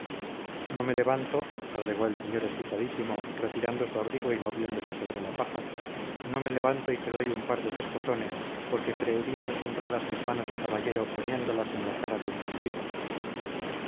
no me levanto agregó el señor excitadísimo retirando su abrigo y removiéndose sobre la paja no me levanto y te doy un par de pescozones porque creería deshonradas mis manos de caballero poniéndolas en la cara de un bandido